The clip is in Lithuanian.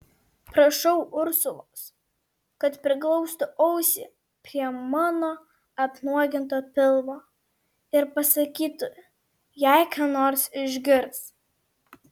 prašau ursulos kad priglaustų ausį prie mano apnuoginto pilvo ir pasakytų jei ką nors išgirs